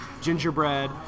gingerbread